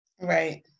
right